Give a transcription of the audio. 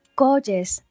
gorgeous